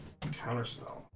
counterspell